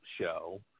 show